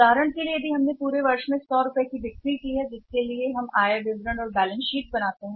उदाहरण के लिए हमने पूरे में 100 रुपये में बेचा है वर्ष जिसके लिए वे बैलेंस शीट और आय विवरण तैयार करते हैं